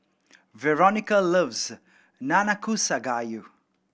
Veronica loves Nanakusa Gayu